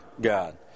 God